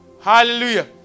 Hallelujah